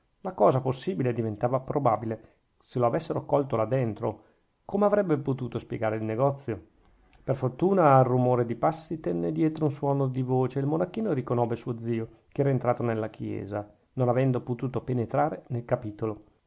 la cosa possibile diventava probabile se lo avessero colto là dentro come avrebbe potuto spiegare il negozio per fortuna al rumore di passi tenne dietro un suono di voce e il monachino riconobbe suo zio che era entrato in chiesa non avendo potuto penetrare nel capitolo